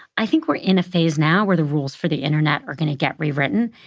i think we're in a phase now where the rules for the internet are gonna get rewritten.